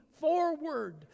forward